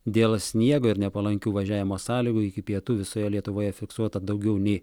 dėl sniego ir nepalankių važiavimo sąlygų iki pietų visoje lietuvoje fiksuota daugiau nei